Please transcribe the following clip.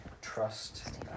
trust